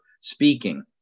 speaking